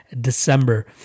December